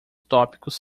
tópicos